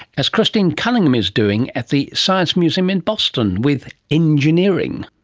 as christine cunningham is doing at the science museum in boston, with engineering.